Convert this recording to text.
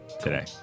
today